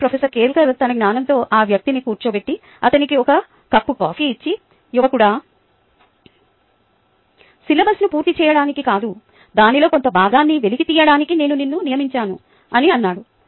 ఆపై ప్రొఫెసర్ కెల్కర్ తన జ్ఞానంతో ఆ వ్యక్తిని కూర్చోబెట్టి అతనికి ఒక కప్పు కాఫీ ఇచ్చి "యువకుడా సిలబస్ను పూర్తి చేయడానికి కాదు దానిలో కొంత భాగాన్ని వెలికి తీయడానికి నేను నిన్ను నియమించాను" అని అన్నాడు